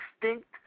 distinct